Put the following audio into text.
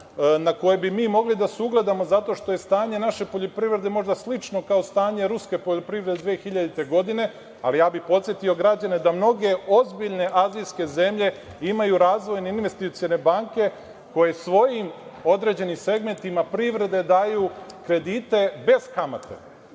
na koju bismo mi mogli da se ugledamo zato što je stanje naše poljoprivrede možda slično kao stanje ruske poljoprivrede 2000. godine, ali ja bih podsetio građane da mnoge ozbiljne azijske zemlje imaju razvojne investicione banke koje svojim određenim segmentima privrede daju kredite bez kamate. Znači,